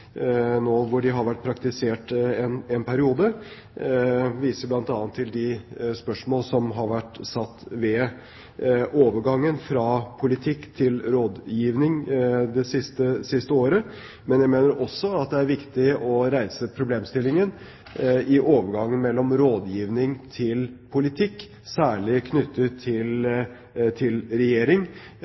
nå som de har vært praktisert i en periode. Jeg viser bl.a. til de spørsmål som har vært stilt ved overgangen fra politikk til rådgivning det siste året. Men jeg mener også det er viktig å reise problemstillingen overgangen mellom rådgivning og politikk, særlig knyttet til regjering,